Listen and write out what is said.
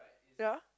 ya